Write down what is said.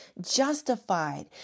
justified